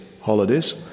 holidays